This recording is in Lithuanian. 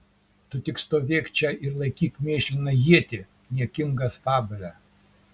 tu tik stovėk čia ir laikyk mėšliną ietį niekingas vabale